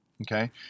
okay